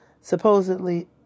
Supposedly